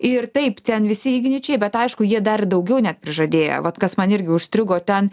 ir taip ten visi igničiai bet aišku jie dar daugiau net prižadėję vat kas man irgi užstrigo ten